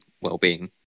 well-being